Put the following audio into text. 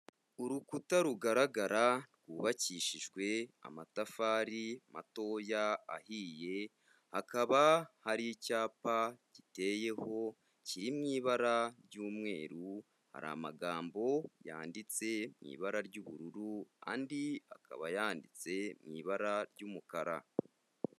Urukuta rugaragara rwubakishijwe amatafari matoya ahiye, hakaba hari icyapa giteyeho kiri mu ibara ry'umweru, hari amagambo yanditse mu ibara ry'ubururu andi akaba yanditse mu ibara ry'umukara.